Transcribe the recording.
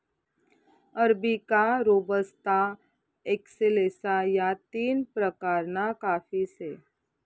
arabica, robusta, excelsa या तीन प्रकारना काफी से